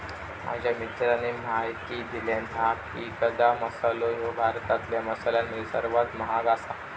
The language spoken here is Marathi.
माझ्या मित्राने म्हायती दिल्यानं हा की, गदा मसालो ह्यो भारतातल्या मसाल्यांमध्ये सर्वात महाग आसा